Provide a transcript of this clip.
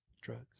drugs